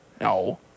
No